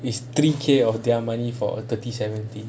is three K of their money for thirty seventy